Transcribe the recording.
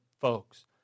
folks